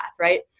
right